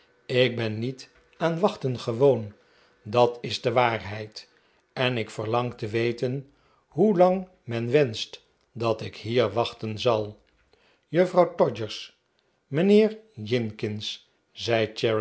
ik ben niet aan wachten gewoon dat is de waarheid en ik verlang te weten hoelang men wenscht dat ik hier wachten zal juffrouw todgers mijnheer jinkins zei